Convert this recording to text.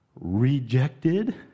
rejected